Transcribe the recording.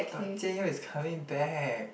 but Jian-Yong is coming back